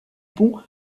pont